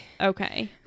Okay